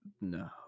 No